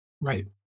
Right